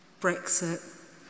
Brexit